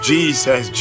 Jesus